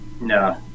no